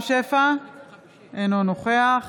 אינו נוכח